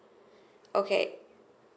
okay